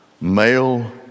male